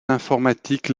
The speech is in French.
informatique